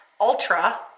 ultra